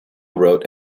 wrote